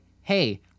Hey